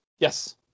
Yes